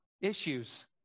issues